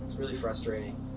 really frustrating,